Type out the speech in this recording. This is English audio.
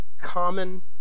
common